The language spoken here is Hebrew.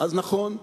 אז נכון,